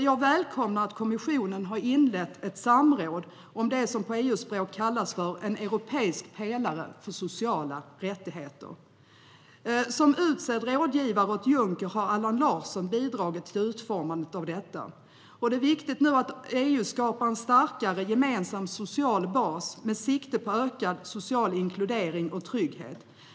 Jag välkomnar att kommissionen har inlett ett samråd om det som på EU-språk kallas en europeisk pelare för sociala rättigheter. Som utsedd rådgivare åt Juncker har Allan Larsson bidragit till utformandet av detta. Det är viktigt att EU skapar en starkare gemensam social bas med sikte på ökad social inkludering och trygghet.